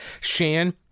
Shan